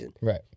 Right